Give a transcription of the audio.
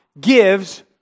gives